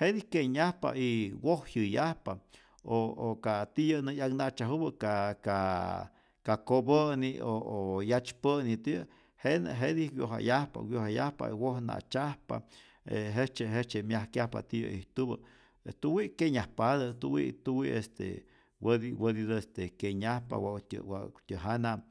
jetij kyenyajpa y wojyäyajpa o o ka tiyä' nä 'yakna'tzyajupä ka ka kopä'ni o o 'yatzypä'ni tiyä jenä' jetij wyojayajpa, wyojayajpa y wojna'tzyajpa e jejtzye jejtzye myajkyajpa tiyä ijtupä, je tuwi' kyenyajpatä, tuwi' tuwi' este wäti wätitä este kyenyajpa wa'ktyä wa'kutyä jana